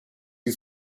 you